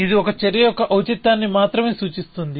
ఇది ఒక చర్య యొక్క ఔచిత్యాన్ని మాత్రమే చూస్తుంది